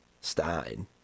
starting